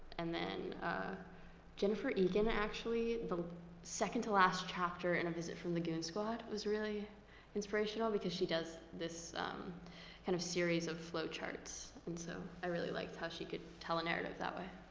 and then jennifer egan, actually, the second-to-last chapter in a visit from the goon squad was really inspirational, because she does this kind of series of flow charts. and so i really liked how she could tell a narrative that way.